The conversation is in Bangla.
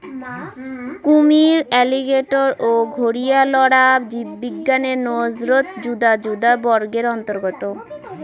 কুমীর, অ্যালিগেটর ও ঘরিয়ালরা জীববিজ্ঞানের নজরত যুদা যুদা বর্গের অন্তর্গত